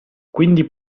quindi